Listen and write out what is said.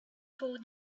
told